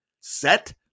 Set